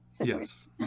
Yes